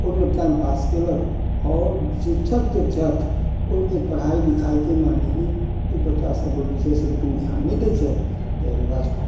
ओहिमे time pass केलक आओर शिक्षक जे छथि ओहिमे पढ़ाइ लिखाइ के माने मे ओइ बच्चा सभपर बिशेष रूपे ध्यान नइ दय छथि तय लऽ बाज कऽ कऽ